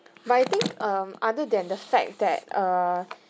but I think um other than the fact that err